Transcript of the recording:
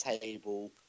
table